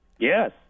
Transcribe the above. Yes